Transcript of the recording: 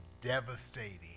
devastating